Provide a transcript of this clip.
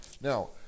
Now